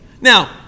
Now